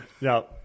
no